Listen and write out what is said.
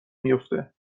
میافته